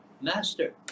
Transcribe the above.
Master